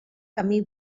camí